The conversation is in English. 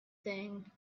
thing